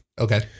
Okay